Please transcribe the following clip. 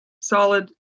solid